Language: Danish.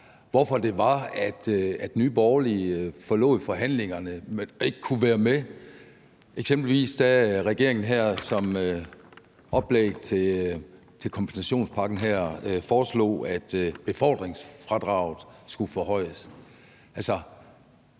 hvorfor det var, at Nye Borgerlige forlod forhandlingerne og ikke kunne være med, eksempelvis da regeringen som et oplæg til kompensationspakken her foreslog, at befordringsfradraget skulle forhøjes. Altså,